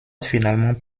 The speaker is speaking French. finalement